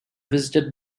visited